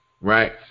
right